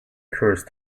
curse